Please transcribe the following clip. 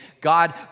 God